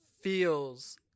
feels